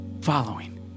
following